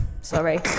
sorry